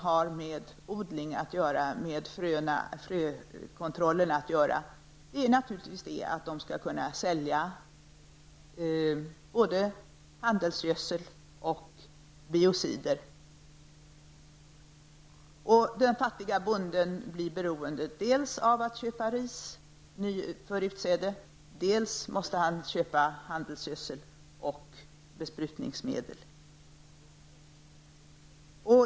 När det gäller frökontrollen vill naturligtvis oljebolagen ha möjlighet att sälja både handelsgödsel och biocider. Den fattiga bonden blir beroende dels av köp av ris för utsäde, dels av köp av handelsgödsel och besprutningsmedel.